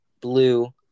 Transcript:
blue